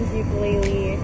ukulele